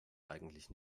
eigentlich